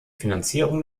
finanzierung